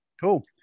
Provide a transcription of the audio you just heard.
Cool